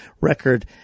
record –